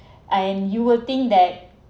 and you will think that